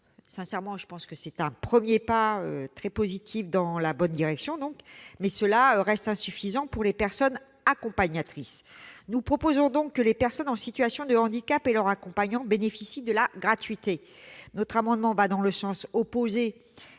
Sincèrement, c'est un premier pas très positif, qui va dans la bonne direction, mais cela reste insuffisant pour les personnes accompagnatrices. Nous proposons donc que les personnes en situation de handicap et leur accompagnateur bénéficient de la gratuité. Notre amendement va à l'encontre